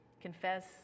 confess